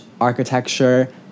architecture